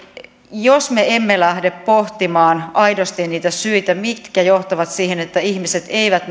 jos me lähdemme pohtimaan aidosti niitä syitä mitkä johtavat siihen että ihmiset eivät